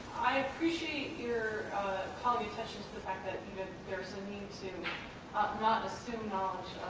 i appreciate your calling attention to the fact that there's a need to not assume knowledge